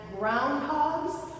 groundhogs